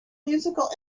musical